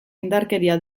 indarkeria